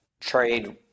trade